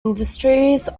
industries